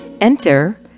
Enter